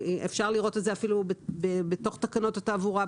אפשר לראות את זה אפילו בתוך תקנות התעבורה,